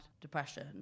depression